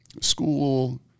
School